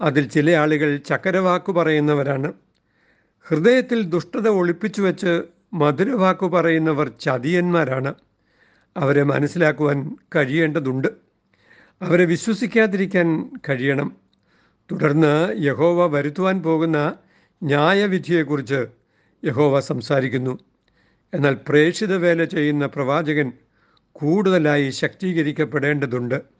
അതിൽ ചില ആളുകൾ ചക്രവാക്കു പറയുന്നവരാണ്. ഹൃദയത്തിൽ ദുഷ്ടത ഒളിപ്പിച്ചു വച്ച് മധുരവാക്കു പറയുന്നവർ ചതിയന്മാരാണ്. അവരെ മനസ്സിലാക്കുവാൻ കഴിയേണ്ടതുണ്ട്. അവരെ വിശ്വസിക്കാതിരിക്കാൻ കഴിയണം. തുടർന്ന് യഹോവ വരുത്തുവാൻ പോകുന്ന ന്യായവിധിയെക്കുറിച്ച് യഹോവ സംസാരിക്കുന്നു. എന്നാൽ പ്രേക്ഷിത വേല ചെയ്യുന്ന പ്രവാചകൻ കൂടുതലായി ശക്തീകരിക്കപ്പെടേണ്ടതുണ്ട്.